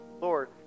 Lord